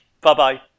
bye-bye